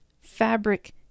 fabric